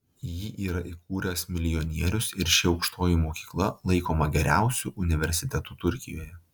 jį yra įkūręs milijonierius ir ši aukštoji mokykla laikoma geriausiu universitetu turkijoje